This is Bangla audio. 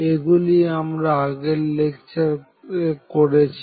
এগুলি আমরা আগের লেকচারে করেছি